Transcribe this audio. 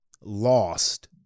lost